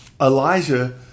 Elijah